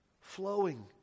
flowing